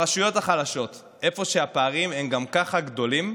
ברשויות החלשות, איפה שהפערים הם גם ככה גדולים,